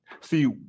See